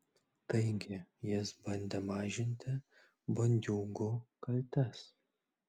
taigi jis bandė mažinti bandiūgų kaltes